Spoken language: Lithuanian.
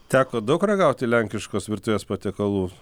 teko daug ragauti lenkiškos virtuvės patiekalų